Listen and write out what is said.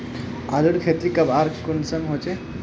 आलूर खेती कब आर कुंसम होचे?